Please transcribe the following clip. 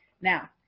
Now